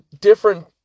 different